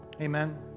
Amen